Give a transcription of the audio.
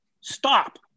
Stop